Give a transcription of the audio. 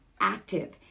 active